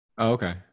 Okay